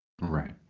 Right